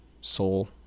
Soul